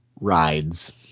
rides